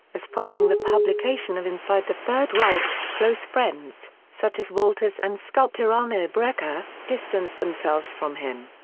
as following the publication of inside the third reich, close friends, such as wolters and sculptor arno breker, distanced themselves from him.